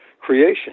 creation